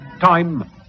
time